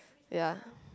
ya